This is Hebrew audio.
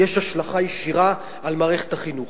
יש השלכה ישירה על מערכת החינוך.